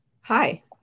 Hi